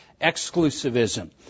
exclusivism